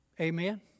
Amen